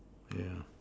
yeah